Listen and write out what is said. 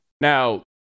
Now